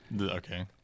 Okay